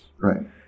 Right